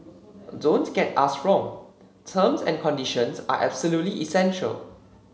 don't get us wrong terms and conditions are absolutely essential